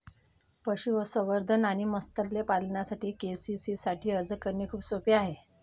पशुसंवर्धन आणि मत्स्य पालनासाठी के.सी.सी साठी अर्ज करणे खूप सोपे आहे